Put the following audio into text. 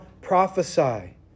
prophesy